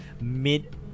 mid